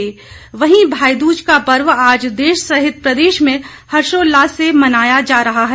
भाई दूज वहीं भाई दूज का पर्व आज देश सहित प्रदेश में हर्षोल्लास से मनाया जा रहा है